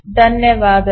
ಧನ್ಯವಾದಗಳು